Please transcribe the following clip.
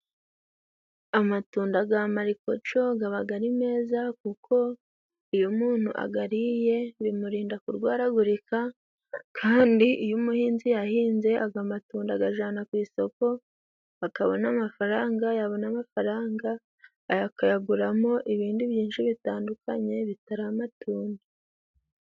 Amatunda ga marikuco gabaga ari meza, kuko iyo umuntu agariye bimurinda kurwaragurika. Kandi iyo umuhinzi yahinze aga matunda agajana ku isoko akabona amafaranga. Yabona amafaranga akayaguramo ibindi byinshi bitandukanye bitari amatunda.